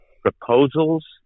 Proposals